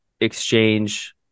exchange